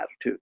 attitude